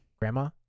Grandma